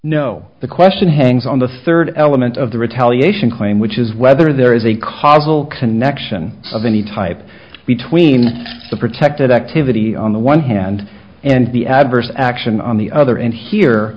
no the question hangs on the third element of the retaliation claim which is whether there is a causal connection of any type between the protected activity on the one hand and the adverse action on the other and here